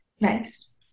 Nice